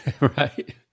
Right